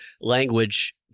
language